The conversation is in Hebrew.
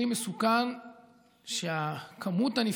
הוא כלי מסוכן,